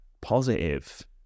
positive